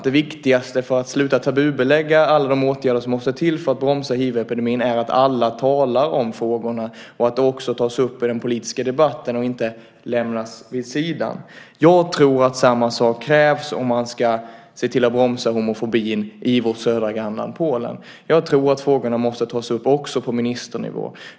Det viktigaste för att sluta tabubelägga alla de åtgärder som måste till för att bromsa hivepidemin är att alla talar om frågorna, att de också tas upp i den politiska debatten och inte lämnas vid sidan om. Jag tror att samma sak krävs om man ska se till att bromsa homofobin i vårt södra grannland Polen. Jag tror att frågorna måste tas upp också på ministernivå.